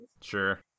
Sure